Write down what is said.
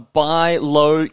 buy-low